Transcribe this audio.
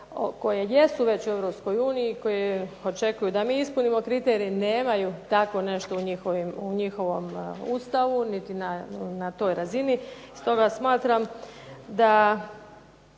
koje jesu već u Europskoj uniji, koje očekuju da mi ispunimo kriterij nemaju tako nešto u njihovom Ustavu niti na toj razini. Stoga smatram da